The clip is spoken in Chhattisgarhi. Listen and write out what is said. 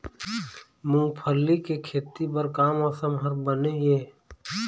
मूंगफली के खेती बर का मौसम हर बने ये?